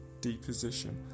deposition